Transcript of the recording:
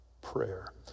prayer